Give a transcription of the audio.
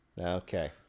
Okay